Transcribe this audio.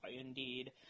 indeed